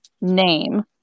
name